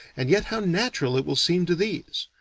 and yet how natural it will seem to these!